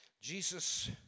Jesus